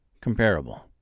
Comparable